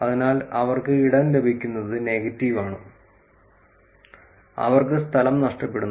അതിനാൽ അവർക്ക് ഇടം ലഭിക്കുന്നത് നെഗറ്റീവ് ആണ് അവർക്ക് സ്ഥലം നഷ്ടപ്പെടുന്നു